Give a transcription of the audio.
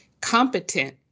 competent